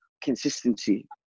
consistency